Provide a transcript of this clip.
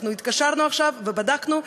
אנחנו התקשרנו עכשיו ובדקנו,